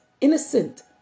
innocent